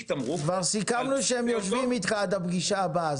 תמרוק --- כבר סיכמנו שהם יושבים איתך עד הפגישה הבאה.